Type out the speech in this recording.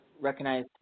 recognize